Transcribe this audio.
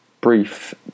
brief